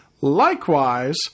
Likewise